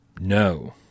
No